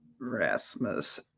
Rasmus